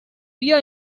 بیا